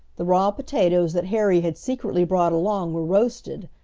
the raw potatoes that harry had secretly brought along were roasted,